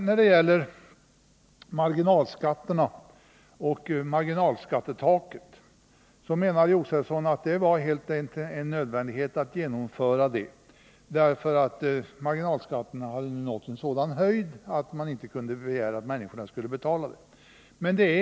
När det gäller marginalskatterna och marginalskattetaket menar Stig Josefson att det helt enkelt var nödvändigt att genomföra dessa åtgärder, därför att marginalskatterna hade nått en sådan höjd att man inte kunde begära av människorna att de skulle vara beredda att betala så mycket.